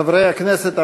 חברי הכנסת.